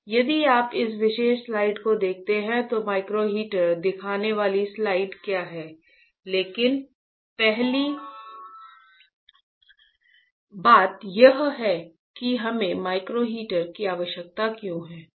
इसलिए यदि आप इस विशेष स्लाइड को देखते हैं तो माइक्रो हीटर दिखाने वाली स्लाइड क्या है लेकिन पहली बात यह है कि हमें माइक्रो हीटर की आवश्यकता क्यों है